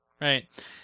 right